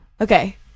Okay